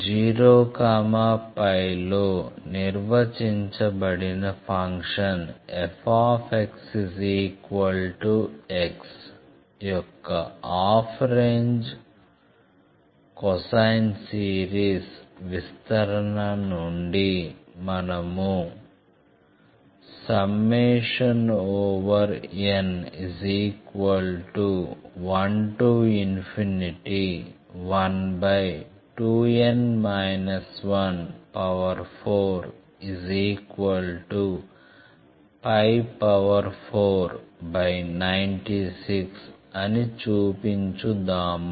0 π లో నిర్వచించబడిన function fx x యొక్క హాఫ్ రేంజ్ కొసైన్ సిరీస్ విస్తరణ నుండి మనము n114496 అని చూపించుదాము